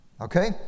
okay